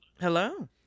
Hello